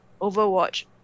Overwatch